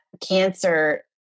cancer